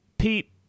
Pete